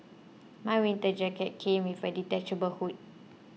my winter jacket came with a detachable hood